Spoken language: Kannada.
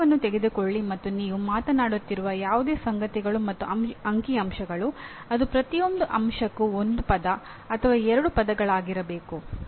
ಒಂದು ವಿಷಯವನ್ನು ತೆಗೆದುಕೊಳ್ಳಿ ಮತ್ತು ನೀವು ಮಾತನಾಡುತ್ತಿರುವ ಯಾವುದೇ ಸಂಗತಿಗಳು ಮತ್ತು ಅಂಕಿ ಅಂಶಗಳು ಅದು ಪ್ರತಿಯೊಂದು ಅಂಶಕ್ಕೂ ಒಂದು ಪದ ಅಥವಾ ಎರಡು ಪದಗಳಾಗಿರಬೇಕು